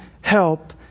help